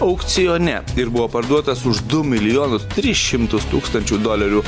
aukcione ir buvo parduotas už du milijonus tris šimtus tūkstančių dolerių